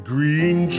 Green